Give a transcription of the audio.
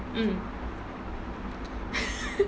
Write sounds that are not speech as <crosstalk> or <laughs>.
mm <laughs>